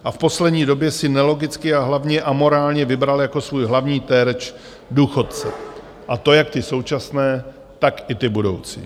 A v poslední době si nelogicky a hlavně amorálně vybral jako svůj hlavní terč důchodce, a to jak ty současné, tak i ty budoucí.